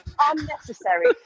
unnecessary